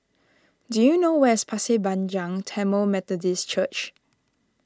do you know where's Pasir Panjang Tamil Methodist Church